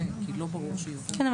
כן,